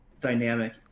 dynamic